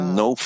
no